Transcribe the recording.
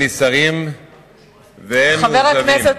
הם נסערים והם מאוכזבים.